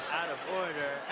out of order.